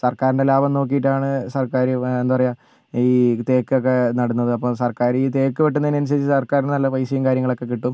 സർക്കാരിൻ്റെ ലാഭം നോക്കിയിട്ടാണ് സർക്കാർ എന്താ പറയാ ഈ തേക്കൊക്കെ നടുന്നത് അപ്പോൾ സർക്കാർ ഈ തേക്ക് വെട്ടുന്നതിനനുസരിച്ച് സർക്കാരിന് നല്ല പൈസയും കാര്യങ്ങളൊക്കെ കിട്ടും